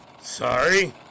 Sorry